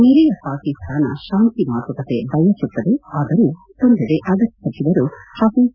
ನೆರೆಯ ಪಾಕಿಸ್ತಾನ ಶಾಂತಿ ಮಾತುಕತೆ ಬಯಸುತ್ತದೆಯಾದರೂ ಮತ್ತೊಂದೆಡೆ ಅದರ ಸಚಿವರು ಹಫೀಝ್